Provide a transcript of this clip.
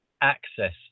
access